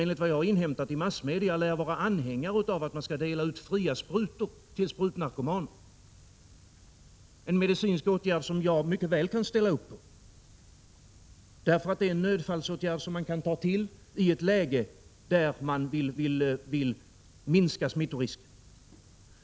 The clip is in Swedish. Enligt vad jag har inhämtat i massmedia lär han vara anhängare av att man skall dela ut fria sprutor till sprutnarkomaner — en medicinsk åtgärd som jag mycket väl kan ställa upp på, eftersom det är en nödfallsåtgärd som man kan ta till i ett läge där man vill minska smittoriskerna.